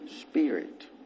spirit